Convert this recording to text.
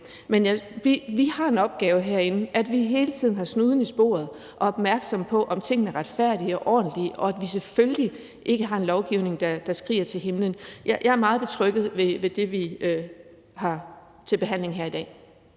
Men vi har en opgave herinde, der går ud på, at vi hele tiden har snuden i sporet og er opmærksom på, om tingene foregår retfærdigt og ordentligt, og at vi selvfølgelig ikke har en lovgivning, der skriger til himlen. Jeg er meget betrygget ved det, vi har til behandling her i dag.